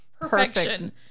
perfection